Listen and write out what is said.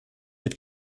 mit